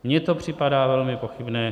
Mně to připadá velmi pochybné.